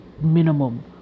minimum